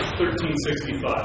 1365